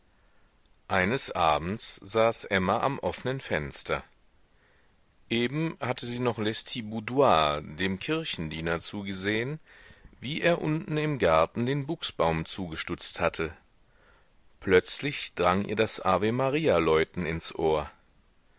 eines abends saß emma am offnen fenster eben hatte sie noch lestiboudois dem kirchendiener zugesehen wie er unten im garten den buchsbaum zugestutzt hatte plötzlich drang ihr das ave maria läuten ins ohr